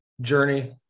Journey